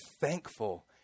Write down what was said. thankful